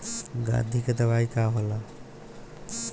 गंधी के दवाई का होला?